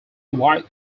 white